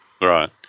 Right